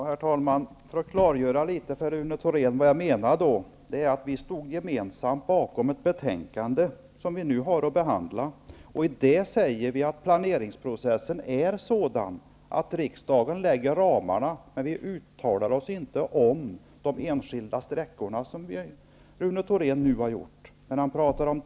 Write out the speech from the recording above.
Herr talman! Bara en liten förklaring, Rune Thorén. Vad jag menar är att vi gemensamt stod bakom det betänkande som vi nu behandlar. Där säger vi att planeringsprocessen är sådan att riksdagen fastlägger ramarna. Men vi uttalar oss inte om de enskilda sträckor som Rune Thorén här tar upp.